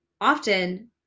often